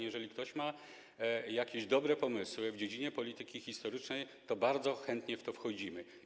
Jeżeli ktoś ma dobre pomysły w dziedzinie polityki historycznej, to bardzo chętnie w to wchodzimy.